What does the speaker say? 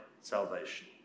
salvation